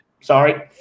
Sorry